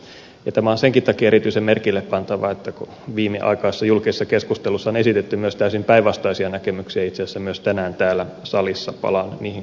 tämä on senkin takia erityisen merkillepantavaa että viimeaikaisessa julkisessa keskustelussa on esitetty myös täysin päinvastaisia näkemyksiä itse asiassa myös tänään täällä salissa palaan niihin kohta